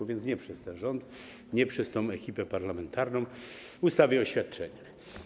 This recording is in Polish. a więc nie przez ten rząd, nie przez tę ekipę parlamentarną - w ustawie o świadczeniach.